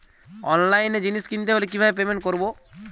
অনলাইনে জিনিস কিনতে হলে কিভাবে পেমেন্ট করবো?